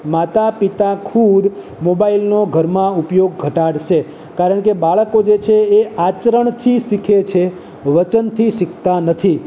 માતાપિતા ખુદ મોબાઈલનો ઘરમાં ઉપયોગ ઘટાડશે કારણ કે બાળકો જે છે એ આચરણથી શીખે છે વચનથી શીખતા નથી